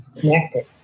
Connected